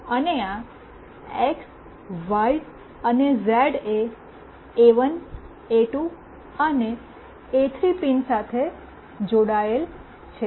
અને આ એક્સવાય અને ઝેડ એ એ1 એ2 અને એ3 પિન સાથે જોડાયેલ છે